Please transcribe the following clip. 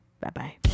Bye-bye